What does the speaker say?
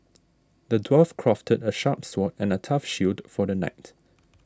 the dwarf crafted a sharp sword and a tough shield for the knight